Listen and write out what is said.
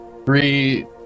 Three